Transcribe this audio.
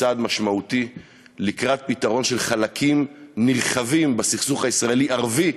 צעד משמעותי לקראת פתרון של חלקים נרחבים בסכסוך הישראלי ערבי,